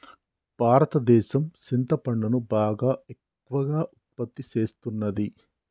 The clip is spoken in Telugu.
భారతదేసం సింతపండును బాగా ఎక్కువగా ఉత్పత్తి సేస్తున్నది